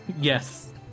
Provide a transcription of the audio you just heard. Yes